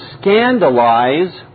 scandalize